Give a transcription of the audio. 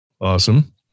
Awesome